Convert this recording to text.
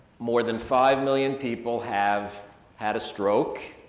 more than five million people have had a stroke,